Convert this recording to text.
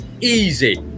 easy